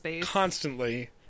constantly